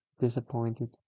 disappointed